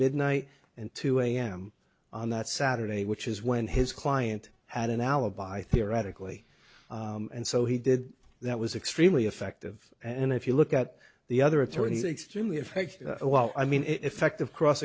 midnight and two am on that saturday which is when his client had an alibi theoretically and so he did that was extremely effective and if you look at the other authorities extremely effective i mean effective cross